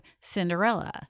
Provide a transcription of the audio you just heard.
Cinderella